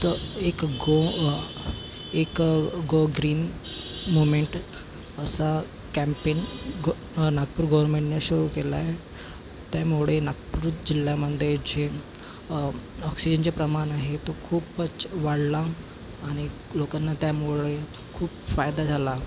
तर एक गो एक गो ग्रीन मोमेन्ट असा कॅम्पेन नागपूर गव्हर्नमेंटनी सुरु केलाय त्यामुळे नागपूर जिल्ह्यामध्ये जे ऑक्सिजनचे प्रमाण आहे तो खूपच वाढला आणि लोकांना त्यामुळे खूप फायदा झाला